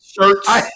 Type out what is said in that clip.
shirts